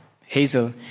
Hazel